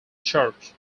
church